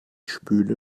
spüle